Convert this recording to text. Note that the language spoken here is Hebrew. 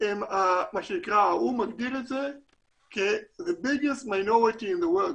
הם מה שהאו"ם מגדיר את זה כ- the biggest minorities in the world,